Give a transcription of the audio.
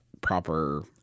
proper